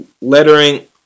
lettering